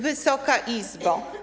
Wysoka Izbo!